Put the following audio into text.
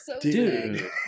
dude